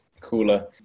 cooler